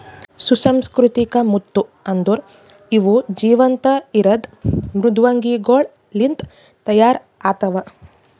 ಸುಸಂಸ್ಕೃತಿಕ ಮುತ್ತು ಅಂದುರ್ ಇವು ಜೀವಂತ ಇರದ್ ಮೃದ್ವಂಗಿಗೊಳ್ ಲಿಂತ್ ತೈಯಾರ್ ಆತ್ತವ